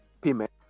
payment